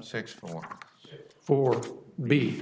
six four for